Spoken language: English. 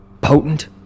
potent